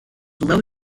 low